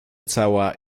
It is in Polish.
cała